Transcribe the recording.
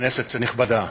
כנסת נכבדה,